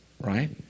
Right